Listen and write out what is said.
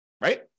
Right